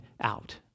out